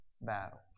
battle